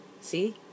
see